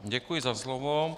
Děkuji za slovo.